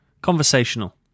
Conversational